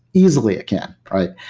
easily it can, right?